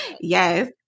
Yes